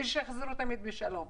ותחזרו תמיד בשלום.